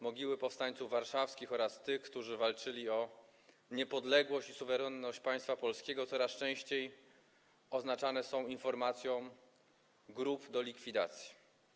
Mogiły powstańców warszawskich oraz tych, którzy walczyli o niepodległość i suwerenność państwa polskiego, coraz częściej oznaczane są informacją: grób do likwidacji.